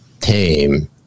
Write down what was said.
tame